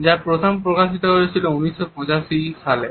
যা প্রথম প্রকাশিত হয়েছিল 1985 সালে